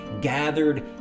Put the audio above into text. gathered